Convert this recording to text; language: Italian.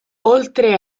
oltre